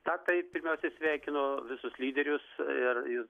na tai pirmiausia sveikinu visus lyderius ir jūs